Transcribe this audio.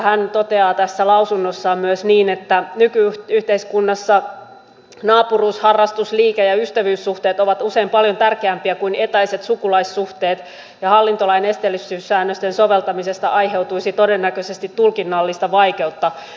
hän toteaa tässä lausunnossaan myös niin että nyky yhteiskunnassa naapuruus harrastus liike ja ystävyyssuhteet ovat usein paljon tärkeämpiä kuin etäiset sukulaissuhteet ja hallintolain esteellisyyssäännösten soveltamisesta aiheutuisi todennäköisesti tulkinnallista vaikeutta